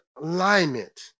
alignment